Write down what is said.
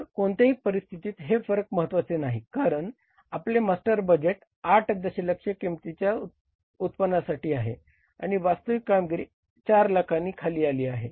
तर कोणत्याही परिस्थितीत हे फरक महत्वाचे नाही कारण आपले मास्टर बजेट 8 दशलक्ष किमतीच्या उत्पन्नासाठी आहे आणि वास्तविक कामगिरी 4 लाखांनी खाली आली आहे